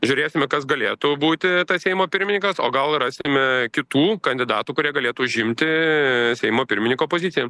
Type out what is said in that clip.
žiūrėsime kas galėtų būti tas seimo pirmininkas o gal rasim kitų kandidatų kurie galėtų užimti seimo pirmininko poziciją